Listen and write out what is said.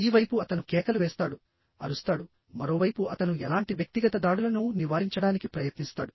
ఈ వైపు అతను కేకలు వేస్తాడు అరుస్తాడు మరోవైపు అతను ఎలాంటి వ్యక్తిగత దాడులను నివారించడానికి ప్రయత్నిస్తాడు